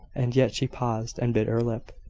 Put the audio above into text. and yet she paused, and bit her lip.